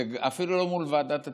זה אפילו לא מול ועדת התביעות,